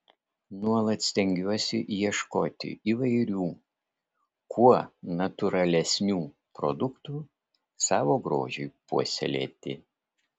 nuolat stengiuosi ieškoti įvairių kuo natūralesnių produktų savo grožiui puoselėti